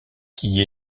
qui